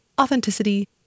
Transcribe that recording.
authenticity